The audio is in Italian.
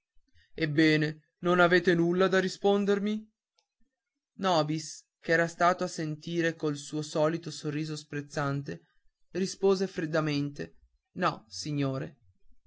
ebbene non avete nulla da rispondermi nobis ch'era stato a sentire col suo solito sorriso sprezzante rispose freddamente no signore